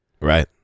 Right